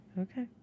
Okay